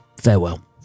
Farewell